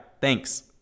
Thanks